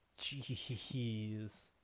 Jeez